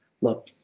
look